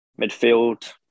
Midfield